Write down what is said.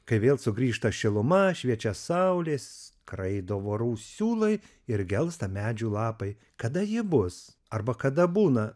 kai vėl sugrįžta šiluma šviečia saulė skraido vorų siūlai ir gelsta medžių lapai kada jie bus arba kada būna